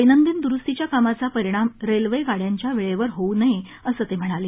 दैनंदिन दुरुस्तीच्या कामाचा परिणाम रेल्वेगाड्यांच्या वेळेवर होऊ नये असं ते म्हणाले